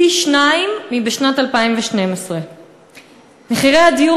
פי-שניים מבשנת 2012. מחירי הדיור